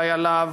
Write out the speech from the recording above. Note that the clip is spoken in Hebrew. חייליו,